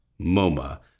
MoMA